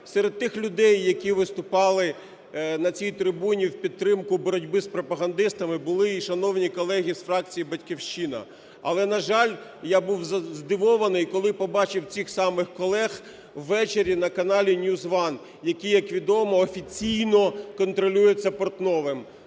Серед тих людей, які виступали на цій трибуні в підтримку боротьби з пропагандистами, були і шановні колеги з фракції "Батьківщина". Але, на жаль, я був здивований, коли побачив цих самих колег увечорі на каналі NewsOne, який, як відомо, офіційно контролюється Портновим.